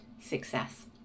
success